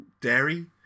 dairy